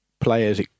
players